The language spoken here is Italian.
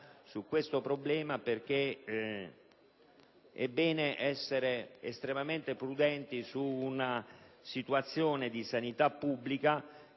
su questo problema, perché è bene essere estremamente prudenti rispetto ad una situazione di sanità pubblica